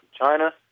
China